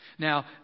Now